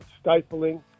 stifling